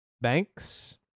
banks